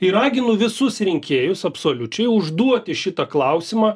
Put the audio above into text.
ir raginu visus rinkėjus absoliučiai užduoti šitą klausimą